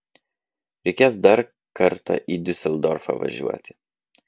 reikės dar kartą į diuseldorfą važiuoti